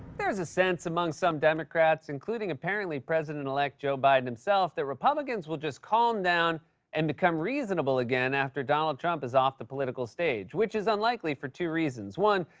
there's a sense among some democrats, including apparently president-elect joe biden himself, that republicans will just calm down and become reasonable again after donald trump is off the political stage, which is unlikely for two reasons. one,